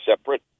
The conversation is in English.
separate